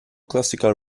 classical